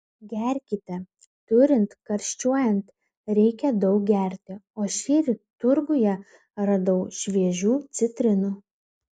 gerkite turint karščiuojant reikia daug gerti o šįryt turguje radau šviežių citrinų